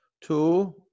Two